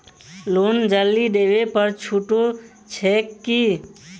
Loan जल्दी देबै पर छुटो छैक की?